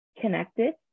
connected